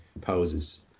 poses